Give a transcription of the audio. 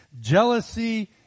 jealousy